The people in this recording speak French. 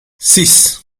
six